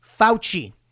Fauci